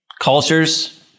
cultures